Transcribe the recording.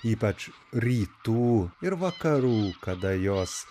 ypač rytų ir vakarų kada jos